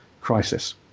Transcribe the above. crisis